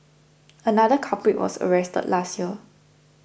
another culprit was arrested last year